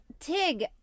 Tig